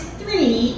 three